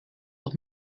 auch